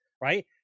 right